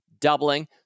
doubling